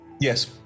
Yes